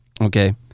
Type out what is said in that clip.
Okay